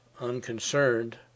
unconcerned